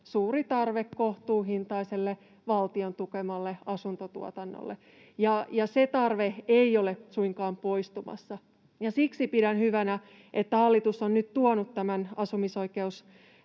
suuri tarve, kohtuuhintaiselle valtion tukemalle asuntotuotannolle, ja se tarve ei ole suinkaan poistumassa. Siksi pidän hyvänä, että hallitus on nyt tuonut tänne